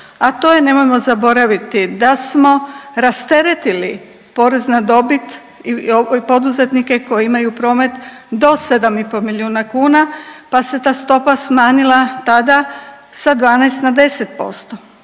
a to je, nemojmo zaboraviti da smo rasteretili porez na dobit i poduzetnike koji imaju promet do 7,5 milijuna kuna pa se ta stopa smanjila tada sa 12 na 10%,